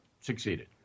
succeeded